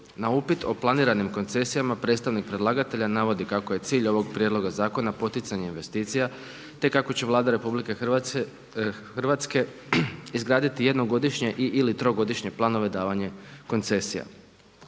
Na upit o planiranim koncesijama predstavnik predlagatelja navodi kako je cilj ovog prijedloga zakona poticanje investicija, te kako će Vlada RH izgraditi jednogodišnje ili trogodišnje planove davanja koncesija.